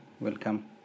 welcome